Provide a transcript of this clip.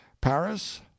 paris